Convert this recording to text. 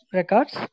records